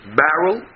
barrel